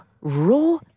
raw